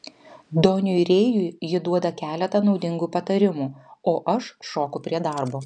doniui rėjui ji duoda keletą naudingų patarimų o aš šoku prie darbo